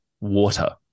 water